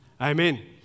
Amen